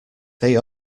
they